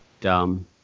dumb